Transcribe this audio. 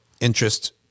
interest